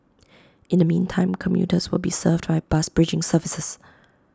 in the meantime commuters will be served by bus bridging services